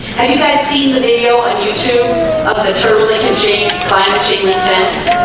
and you guys seen the video on youtube of the turtle lincoln shape by legitimate fence